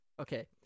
Okay